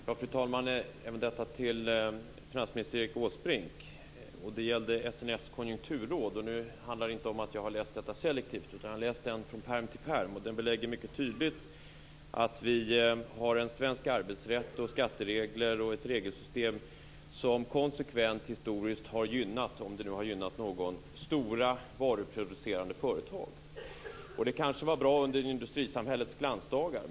Fru talman! Även detta riktar sig till finansminister Erik Åsbrink. Det gäller SNS Konjunkturråd. Nu handlar det inte om att jag har läst detta selektivt, utan jag har läst den rapporten från pärm till pärm. Den belägger mycket tydligt att vi har en svensk arbetsrätt, skatteregler och ett regelsystem som konsekvent historiskt har gynnat - om det nu har gynnat någon - stora varuproducerande företag. Det kanske var bra under industrisamhällets glansdagar.